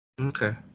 Okay